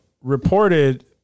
reported